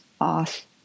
off